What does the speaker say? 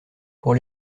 pour